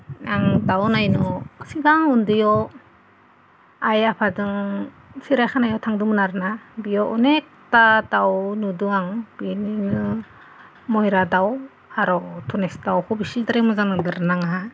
आं दाउ नायनो सिगां उन्दैयाव आइ आफाजों सिरियाखानायाव थांदोंमोन आरोना बेयाव अनेगता दाउ नुदों आं बेनिनो मयरा दाउ फारौ धनेस दाउखौ बांसिनद्राय मोजांद्राय नाङो